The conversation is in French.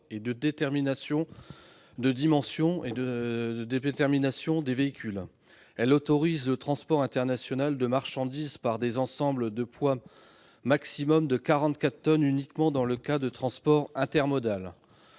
et de dimension des véhicules. Elle autorise le transport international de marchandises par des ensembles de poids maximal de 44 tonnes uniquement dans des cas de transport intermodal.